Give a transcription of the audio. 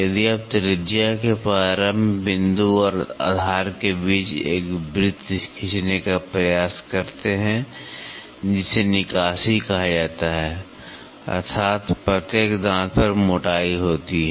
यदि आप त्रिज्या के प्रारंभ बिंदु और आधार के बीच एक वृत्त खींचने का प्रयास करते हैं जिसे निकासी कहा जाता है अर्थात प्रत्येक दांत पर मोटाई होती है